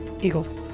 Eagles